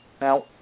Now